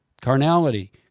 Carnality